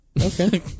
Okay